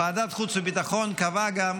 ועדת חוץ וביטחון קבעה גם,